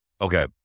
okay